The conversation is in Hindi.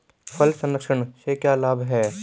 फल संरक्षण से क्या लाभ है?